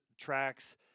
tracks